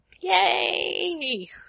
Yay